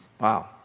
Wow